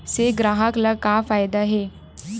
से ग्राहक ला का फ़ायदा हे?